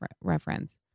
reference